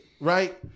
right